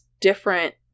different